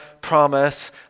promise